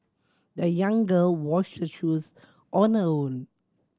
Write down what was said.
the young girl washed her shoes on her own